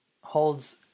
holds